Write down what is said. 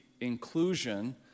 inclusion